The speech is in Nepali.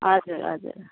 हजुर हजुर